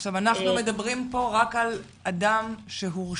אנחנו מדברים פה רק על אדם שהורשע.